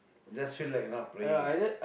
just feel like not praying